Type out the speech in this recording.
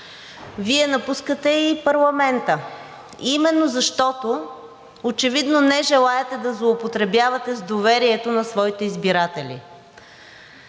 Вие напускате и парламента именно защото очевидно не желаете да злоупотребявате с доверието на своите избиратели.